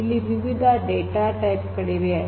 ಇಲ್ಲಿ ವಿವಿಧ data type ಗಳಿವೆ